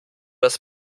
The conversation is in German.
das